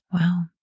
Wow